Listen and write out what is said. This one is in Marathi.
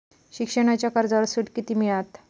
शिक्षणाच्या कर्जावर सूट किती मिळात?